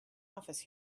office